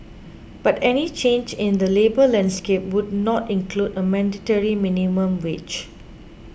but any change in the labour landscape would not include a mandatory minimum wage